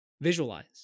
visualize